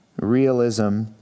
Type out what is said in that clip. realism